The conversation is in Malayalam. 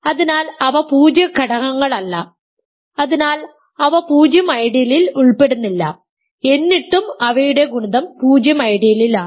അതിനാൽ അവ പൂജ്യ ഘടകങ്ങളല്ല അതിനാൽ അവ 0 ഐഡിയലിൽ ഉൾപ്പെടുന്നില്ല എന്നിട്ടും അവയുടെ ഗുണിതം 0 ഐഡിയലിലാണ്